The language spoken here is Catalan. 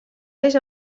eix